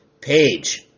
page